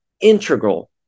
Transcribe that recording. integral